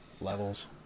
levels